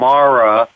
Mara